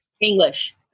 English